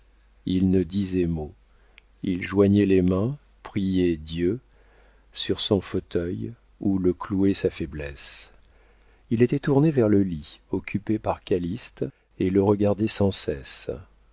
il ne disait mot il joignait les mains priait dieu sur son fauteuil où le clouait sa faiblesse il était tourné vers le lit occupé par calyste et le regardait sans cesse